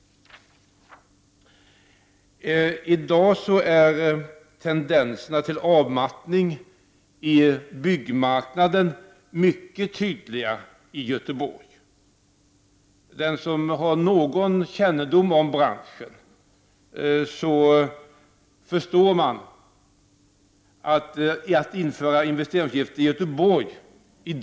I dag är tendenserna till avmattning på byggmarknaden mycket tydliga i Göteborg. Den som har någon kännedom om branschen förstår att det i dag är helt fel att införa investeringsavgift i Göteborg.